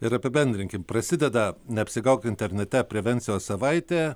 ir apibendrinkim prasideda neapsigauk internete prevencijos savaitė